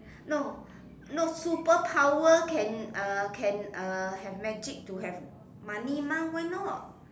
no no superpower can uh can uh have magic to have money mah why not